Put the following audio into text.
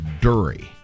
Dury